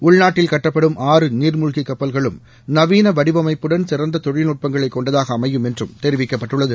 உள்நாட்டில் கட்டப்படும் ஆறு நீர்மூழ்கி கப்பல்களும் நவீன வடிவமைப்புடன் சிறந்த தொழில்நுட்பங்களை கொண்டதாக அமையும் என்றும் தெரிவிக்கப்பட்டுள்ளது